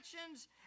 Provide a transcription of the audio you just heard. actions